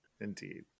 indeed